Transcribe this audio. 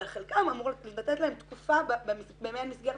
אבל לחלקם אמורים לתת להם תקופה במעין מסגרת